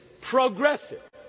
progressive